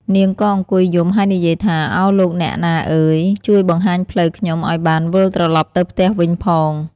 នាងក៏អង្គុយយំ ហើយនិយាយថា ឱលោកអ្នកណាអើយ ជួយបង្ហាញផ្លូវខ្ញុំ ឱ្យបានវិលត្រឡប់ទៅផ្ទះវិញផង ។